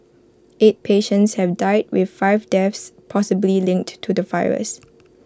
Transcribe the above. eight patients have died with five deaths possibly linked to the virus